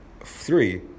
Three